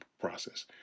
process